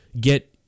get